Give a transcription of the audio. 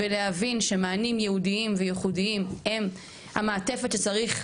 מתוך הבנה שמענים ייעודיים וייחודיים הם המעטפת הנצרכת,